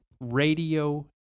radio